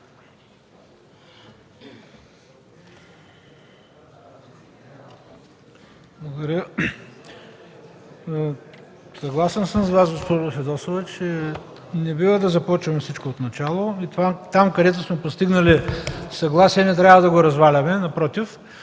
Благодаря. Съгласен съм с Вас, госпожо Фидосова, че не бива да започваме всичко от начало, и там, където сме постигнали съгласие, не трябва да го разваляме, напротив,